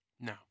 No